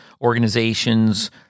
organizations